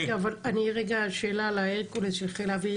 רגע שאלה על ההרקולס של חיל האוויר.